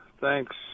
thanks